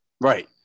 Right